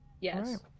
Yes